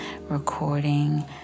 recording